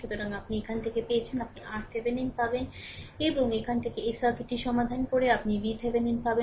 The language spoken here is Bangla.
সুতরাং আপনি এখান থেকে পেয়েছেন আপনি RThevenin পাবেন এবং এখান থেকে এই সার্কিটটি সমাধান করে আপনি VThevenin পাবেন